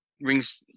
rings